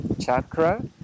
chakra